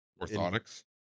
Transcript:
orthotics